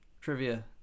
trivia